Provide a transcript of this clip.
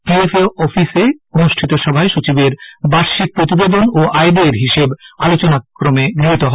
TFA অফিসে অনুষ্ঠিত সভায় সচিবের বার্ষিক প্রতিবেদন ও আয় ব্যয়ের হিসেব আলোচনাক্রমে গৃহীত হয়